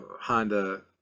honda